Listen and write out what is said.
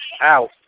Out